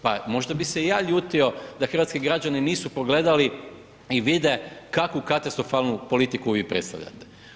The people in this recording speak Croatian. Pa možda bi se i ja ljutio da hrvatski građani nisu pogledali i vide kakvu katastrofalnu politiku vi predstavljate.